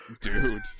Dude